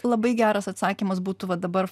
labai geras atsakymas būtų va dabar